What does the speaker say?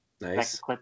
Nice